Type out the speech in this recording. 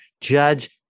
judge